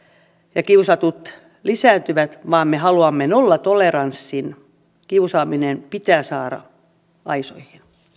ja kiusatut lisääntyvät vaan me haluamme nollatoleranssin kiusaaminen pitää saada aisoihin